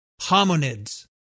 hominids